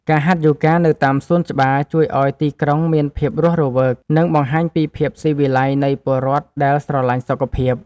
ការហាត់យូហ្គានៅតាមសួនច្បារជួយឱ្យទីក្រុងមានភាពរស់រវើក និងបង្ហាញពីភាពស៊ីវិល័យនៃពលរដ្ឋដែលស្រឡាញ់សុខភាព។